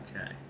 okay